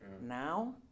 Now